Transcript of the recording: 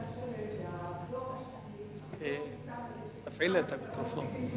אני חושבת שהדוח שנכתב על-ידי ה-OECD,